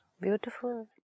Beautiful